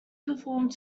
performed